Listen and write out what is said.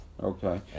Okay